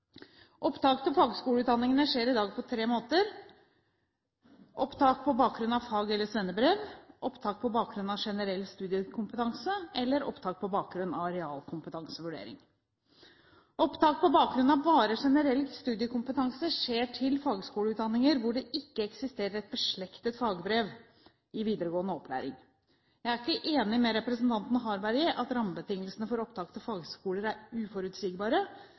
Opptak til fagskoleutdanning skjer i dag på tre måter: opptak på bakgrunn av fag- eller svennebrev opptak på bakgrunn av generell studiekompetanse opptak på bakgrunn av realkompetansevurdering Opptak på bakgrunn av bare generell studiekompetanse skjer til fagskoleutdanninger hvor det ikke eksisterer et beslektet fagbrev i videregående opplæring. Jeg er ikke enig med representanten Harberg i at rammebetingelsene for opptak til fagskoler er uforutsigbare,